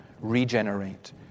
regenerate